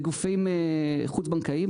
לגופים חוץ בנקאיים,